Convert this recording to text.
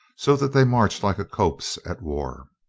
so that they marched like a copse at war.